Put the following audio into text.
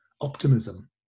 optimism